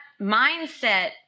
mindset